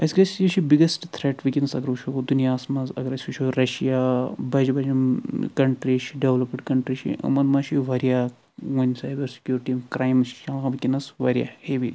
أسۍ گژھ یہ چھُ بِگیسٹ تھریٹ ونکینس اگر وُچھو دُنیاہس منٛز اگر أسۍ وُچھو ریشیا بجہِ بجہِ یِم کنٹری چھِ ڈیولاپٕڈ کنٹری چھِ یِمن منٛز چھُ یہِ واریاہ وۄنۍ سایبر سِکیورٹی کرایمٕز چھِ چلان واریاہ ہیوی